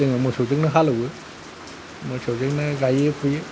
जोङो मोसौजोंनो हालौवो मोसौजोंनो गाइयो फुयो